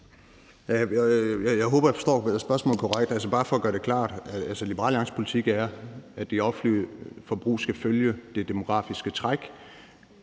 Jeg håber, jeg forstår spørgsmålet korrekt. Bare for at gøre det klart, vil jeg sige, at Liberal Alliances politik er, at det offentlige forbrug skal følge det demografiske træk.